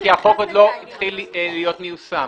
כי החוק עוד לא התחיל להיות מיושם.